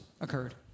occurred